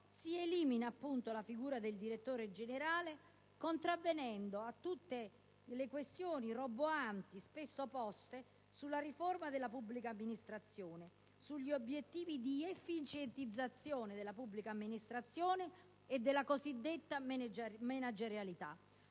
si elimina la figura del direttore generale, contravvenendo a tutte le questioni roboanti spesso poste sulla riforma della pubblica amministrazione, sugli obiettivi di efficientizzazione della stessa e della cosiddetta managerialità.